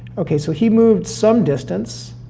okay, so he moved some distance.